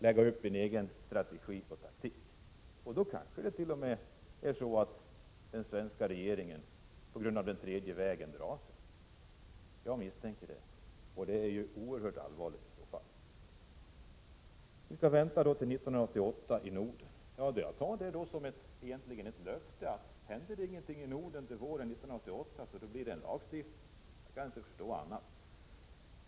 lägga upp en egen strategi och taktik. Därför kan dett.o.m. vara så att den svenska regeringen, på grund av den tredje vägens politik, drar sig för att agera — jag misstänker det. Detta är i så fall oerhört allvarligt. Vi här i Norden skall alltså vänta till 1988 innan det kommer förslag beträffande frågan. Detta tolkar jag egentligen som ett löfte. Händer det ingenting i Norden på detta område till våren 1988, så kommer det en lagstiftning — jag kan inte förstå annat.